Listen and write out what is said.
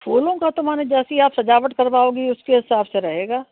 फूलों का तो माने जैसी आप सजावट करवाओगी उसकी हिसाब से रहेगा